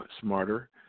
smarter